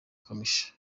kamichi